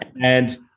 And-